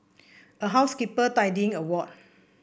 a housekeeper tidying a ward